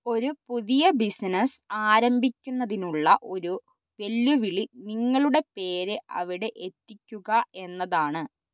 ഒരു പുതിയ ബിസിനസ്സ് ആരംഭിക്കുന്നതിനുള്ള ഒരു വെല്ലുവിളി നിങ്ങളുടെ പേര് അവിടെ എത്തിക്കുക എന്നതാണ്